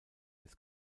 des